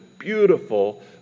beautiful